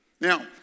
Now